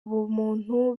ubumuntu